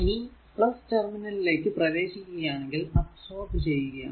ഇനി ടെര്മിനലിലേക്കു പ്രവേശിക്കുകയാണേൽ അബ്സോർബ് ചെയ്യുകയാണ്